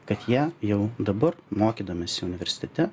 kad jie jau dabar mokydamiesi universitete